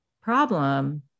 problem